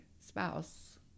spouse